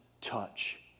touch